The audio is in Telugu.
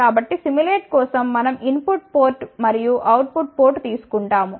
కాబట్టి సిములేట్ కోసం మనం ఇన్ పుట్ పోర్ట్ మరియు అవుట్ పుట్ పోర్ట్ తీసుకుంటాము